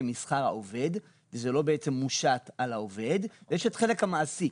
משכר העובד וזה לא מושת על העובד ויש את חלק המעסיק.